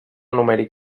numèric